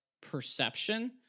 perception